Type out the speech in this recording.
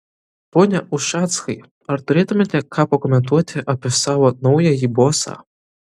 pone ušackai ar turėtumėte ką pakomentuoti apie savo naująjį bosą